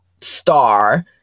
star